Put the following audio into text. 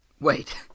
Wait